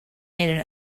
made